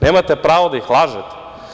Nemate pravo da ih lažete.